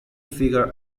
figure